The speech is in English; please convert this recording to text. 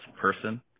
person